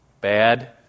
Bad